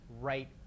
right